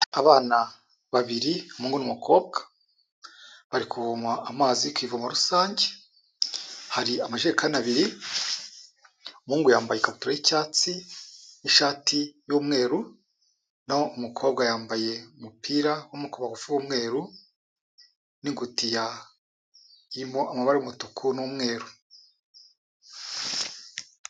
Abana babiri umuhungu n'umukobwa, bari kuvoma amazi ku ivomo rusange, hari amajerekani abiri, umuhungu yambaye ikabutura y'icyatsi, n'ishati y'umweru, naho umukobwa yambaye umupira w'amaboko magufi w'umweru, n'ingutiya irimo amabara y'umutuku n'umweru.